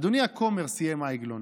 אדוני הכומר, סיים העגלון,